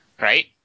Right